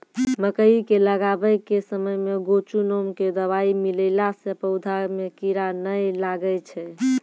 मकई के लगाबै के समय मे गोचु नाम के दवाई मिलैला से पौधा मे कीड़ा नैय लागै छै?